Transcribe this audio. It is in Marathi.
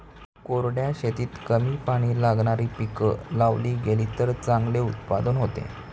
कोरड्या शेतीत कमी पाणी लागणारी पिकं लावली गेलीत तर चांगले उत्पादन होते